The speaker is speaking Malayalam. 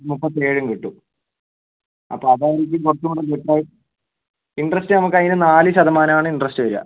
മുപ്പത്തേഴും കിട്ടും അപ്പോൾ അതായിരിക്കും കുറച്ച് കൂടി ബെറ്ററായി ഇൻട്രസ്റ്റ് നമുക്ക് അതിന് നാല് ശതമാനമാണ് ഇൻട്രസ്റ്റ് വരുക